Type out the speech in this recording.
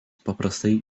paprastai